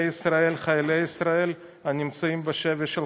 ישראל וחיילי ישראל הנמצאים בשבי של "חמאס".